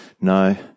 no